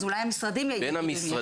אז אולי המשרדים יגידו אם יש.